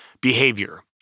behavior